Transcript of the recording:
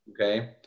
okay